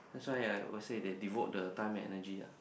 that's why I will say they devote the time and energy ah